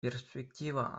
перспектива